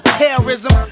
terrorism